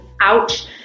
ouch